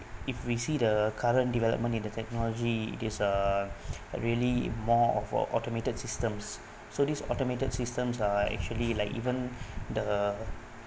if we see the current development in the technology is a really more of automated systems so this automated systems are actually like even the